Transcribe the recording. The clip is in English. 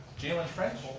jaylen french.